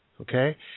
okay